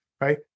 right